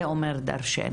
זה אומר דרשני.